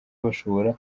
bashobora